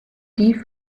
die